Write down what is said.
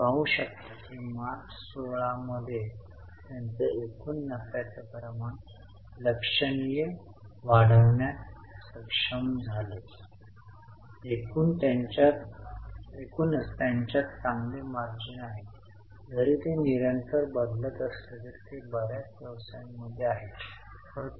म्हणूनच कर cash flow मध्ये दोनदा दाखवावा लागतो कारण जे दिले जाते ते दिले जात नाही व भरले जाते आणि जे दिले जाते ते वजा केले जाते कारण ते बहिर्वाहचे प्रतिनिधित्व करते